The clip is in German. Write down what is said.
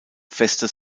feste